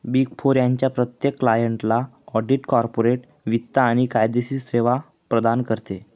big four त्यांच्या प्रत्येक क्लायंटला ऑडिट, कॉर्पोरेट वित्त आणि कायदेशीर सेवा प्रदान करते